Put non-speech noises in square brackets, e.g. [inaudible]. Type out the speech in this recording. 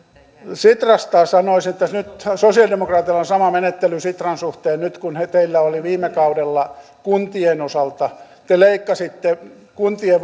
sitrasta sanoisin että nyt sosialidemokraateilla on sama menettely sitran suhteen kuin teillä oli viime kaudella kuntien osalta te leikkasitte kuntien [unintelligible]